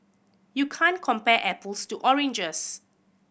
you can't compare apples to oranges